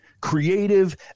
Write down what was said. Creative